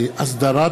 נתקבלה.